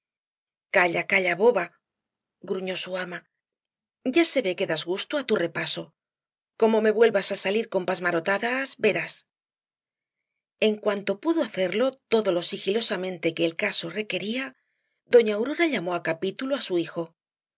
calla calla boba gruñó su ama ya se ve que das gusto a tu repaso como me vuelvas á salir con pasmarotadas verás en cuanto pudo hacerlo todo lo sigilosamente que el caso requería doña aurora llamó á capítulo á su hijo